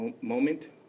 moment